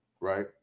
right